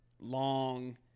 long